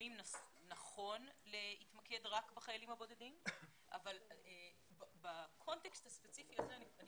לפעמים נכון להתמקד רק בחיילים הבודדים אבל בקונטקסט הספציפי הזה אני